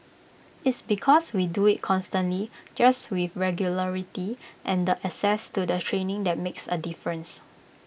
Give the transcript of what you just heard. its because we do IT constantly just with regularity and the access to the training that makes A difference